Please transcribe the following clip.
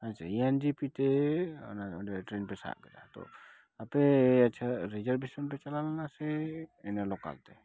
ᱟᱪᱪᱷᱟ N G P ᱛᱮ ᱚᱱᱟ ᱚᱸᱰᱮ ᱴᱨᱮᱱ ᱯᱮ ᱥᱟᱵ ᱠᱮᱫᱟ ᱛᱚ ᱟᱯᱮ ᱟᱪᱪᱷᱟ ᱨᱤᱡᱟᱨᱵᱷᱮᱥᱚᱱ ᱯᱮ ᱪᱟᱞᱟᱣ ᱞᱮᱱᱟ ᱥᱮ ᱤᱱᱟᱹ ᱞᱚᱠᱟᱞ ᱛᱮ